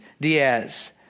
Diaz